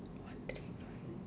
one thirty five